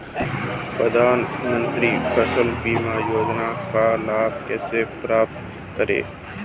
प्रधानमंत्री फसल बीमा योजना का लाभ कैसे प्राप्त करें?